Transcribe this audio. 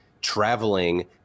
traveling